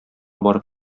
барып